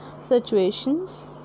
situations